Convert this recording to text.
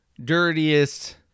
Dirtiest